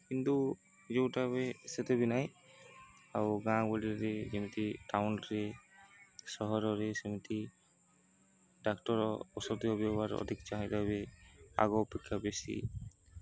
କିନ୍ତୁ ଯୋଉଟା ଏବେ ସେତେ ବି ନାଇଁ ଆଉ ଗାଁ ଗହଳିରେ ଯେମିତି ଟାଉନରେ ସହରରେ ସେମିତି ଡାକ୍ତର ଔଷଧୀୟ ବ୍ୟବହାର ଅଧିକ ଚାହିଦା ଏବେ ଆଗ ଅପେକ୍ଷା ବେଶୀ